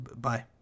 Bye